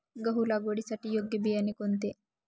गहू लागवडीसाठी योग्य बियाणे कोणते?